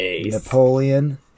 Napoleon